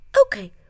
Okay